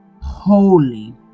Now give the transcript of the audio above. holy